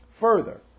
Further